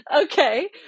Okay